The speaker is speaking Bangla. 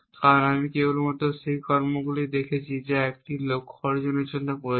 কারণ আমি কেবলমাত্র সেই কর্মগুলি দেখছি যা একটি লক্ষ্য অর্জনের জন্য প্রয়োজন